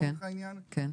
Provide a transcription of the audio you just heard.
לצורך העניין,